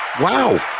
Wow